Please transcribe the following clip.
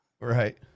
right